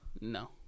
No